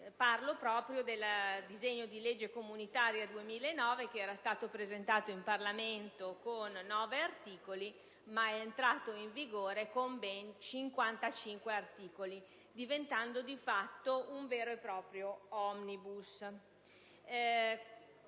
Parlo proprio del disegno di legge comunitaria del 2009, che era stato presentato in Parlamento con 9 articoli ma che è entrato in vigore con ben 55, diventando di fatto un vero e proprio *omnibus*.